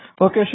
Okay